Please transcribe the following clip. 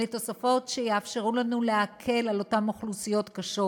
אלה תוספות שיאפשרו לנו להקל על אותן אוכלוסיות קשות.